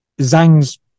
Zhang's